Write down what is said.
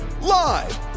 Live